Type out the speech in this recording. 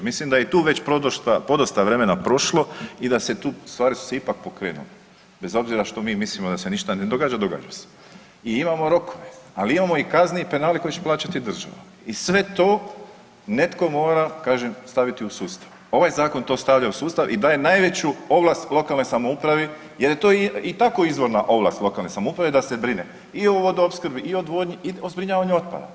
Mislim da je i tu podosta vremena prošlo i stvari su se ipak pokrenule, bez obzira što mi mislimo da se ništa ne događa, događa se i imamo rokove, ali imamo i kazne i penale koje će plaćati država i sve to netko mora kažem staviti u sustav. ovaj zakon stavlja to u sustav i daje najveću ovlast lokalnoj samoupravi jer je to i tako izvorna ovlast lokalne samouprave da se brine i o vodoopskrbi i odvodnji i o zbrinjavanju otpada.